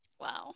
Wow